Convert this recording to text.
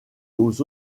aux